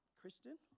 Christian